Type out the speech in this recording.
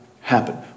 happen